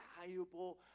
valuable